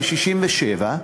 ל-67,